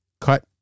cut